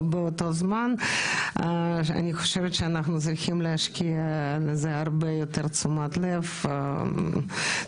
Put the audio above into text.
אני חושבת שאנחנו צריכים להשקיע בזה הרבה יותר תשומת לב ותקציבים,